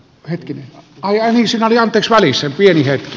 hekin ensin täsmällisen pieni hetki